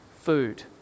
food